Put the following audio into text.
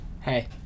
Hey